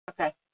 Okay